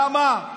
למה?